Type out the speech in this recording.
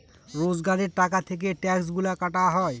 রোজগারের টাকা থেকে ট্যাক্সগুলা কাটা হয়